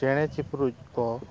ᱪᱮᱬᱮ ᱪᱤᱯᱨᱩᱡ ᱠᱚ